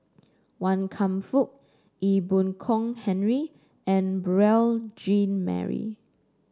Wan Kam Fook Ee Boon Kong Henry and Beurel Jean Marie